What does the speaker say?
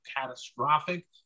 catastrophic